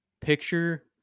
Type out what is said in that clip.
picture